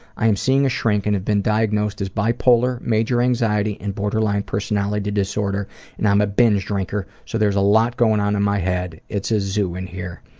i'm seeing a shrink and have been diagnosed as bi-polar, major anxiety, and borderline personality disorder and i'm a binge drinker, so there's a lot going on in my head. it's a zoo in here.